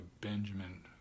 Benjamin